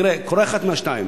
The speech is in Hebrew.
תראה, קורה אחד מהשניים: